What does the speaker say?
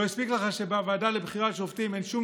לא הספיק לך שבוועדה לבחירת שופטים אין שום